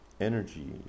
energy